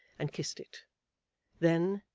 and kissed it then,